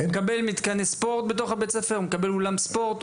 חובה לבנות אולם ספורט?